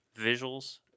visuals